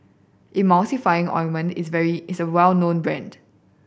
Emulsying Ointment is very is well known brand